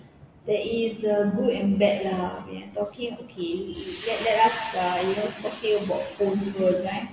there is uh good and bad lah we are talking okay let let us you know talking about phone first eh